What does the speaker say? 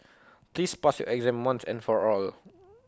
please pass your exam once and for all